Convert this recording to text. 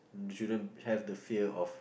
shouldn't have the fear of